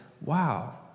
wow